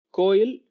coil